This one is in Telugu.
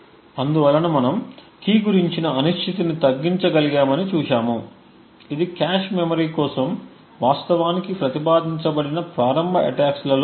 అందువలన మనం కీ గురించిన అనిశ్చితిని తగ్గించగలిగామని చూశాము ఇది కాష్ మెమరీ కోసం వాస్తవానికి ప్రతిపాదించబడిన ప్రారంభ అటాక్స్లో ఒకటి